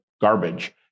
garbage